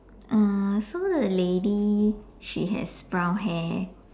uh so the lady she has brown hair